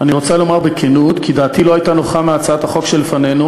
אני רוצה לומר בכנות כי דעתי לא הייתה נוחה מהצעת החוק שלפנינו,